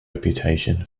reputation